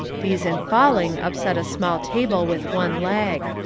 these in falling upset a small table with one leg.